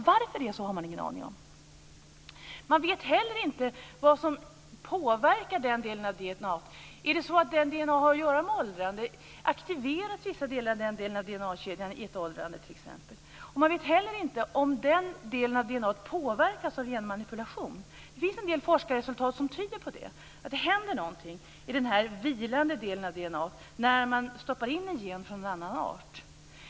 Varför det är så har man ingen aning om. Man vet heller inte vad som påverkar den delen av DNA. Har den delen med åldrandet att göra? Aktiveras vissa bitar av den delen av DNA-kedjan i ett åldrande t.ex.? Vidare vet man inte om den delen av DNA påverkas av genmanipulation. En del forskningsresultat tyder på att det händer någonting i den vilande delen av DNA när man stoppar in en gen från en annan art.